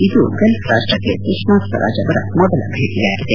ಇದು ಗಲ್ಫ್ ರಾಷ್ಟಕ್ಕೆ ಸುಷ್ಮಾ ಸ್ವರಾಜ್ ಅವರ ಮೊದಲ ಭೇಟಿಯಾಗಿದೆ